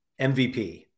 MVP